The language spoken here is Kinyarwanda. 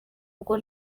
kuko